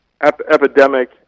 epidemic